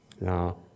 Now